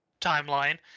timeline